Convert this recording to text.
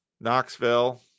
Knoxville